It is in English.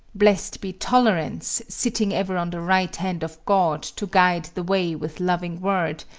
blessed be tolerance, sitting ever on the right hand of god to guide the way with loving word,